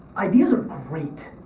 ideas are great.